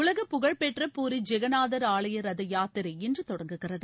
உலக புகழ்பெற்ற பூரி ஜெகன்நாதர் ஆலய ரத யாத்திரை இன்று தொடங்குகிறது